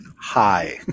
Hi